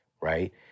right